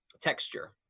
texture